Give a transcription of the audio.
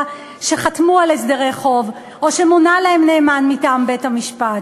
שחתמו על הסדרי חוב או שמונה להם נאמן מטעם בית-המשפט?